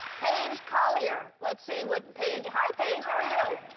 paige collier. let's see what paige hi paige. how are you?